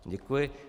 Děkuji.